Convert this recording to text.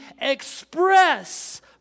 express